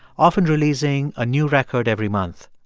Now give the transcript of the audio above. often releasing a new record every month.